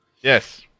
yes